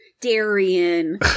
Darian